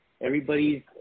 Everybody's